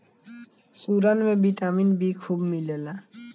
सुरन में vitamin B खूब मिलेला